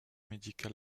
médical